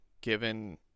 given